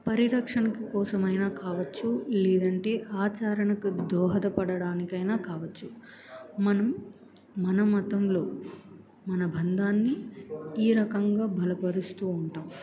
పరిరక్షణకు కోసమైనా కావచ్చు లేదంటే ఆచరణకు దోహద పడడానికైనా కావచ్చు మనం మన మతంలో మన బంధాన్ని ఈ రకంగా బలపరుస్తూ ఉంటాం